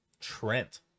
trent